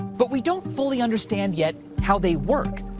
but we don't fully understand yet how they work,